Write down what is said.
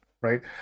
right